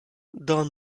don